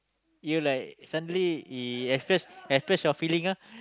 you like suddenly express express your feeling ah